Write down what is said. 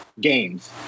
games